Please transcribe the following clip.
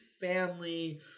family